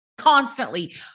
constantly